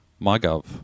mygov